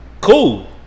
Cool